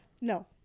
No